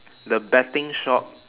the betting shop